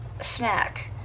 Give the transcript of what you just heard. snack